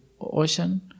ocean